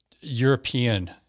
European